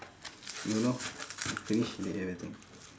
don't know finish with everything